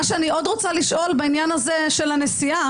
מה שאני עוד רוצה לשאול בעניין הזה של הנשיאה: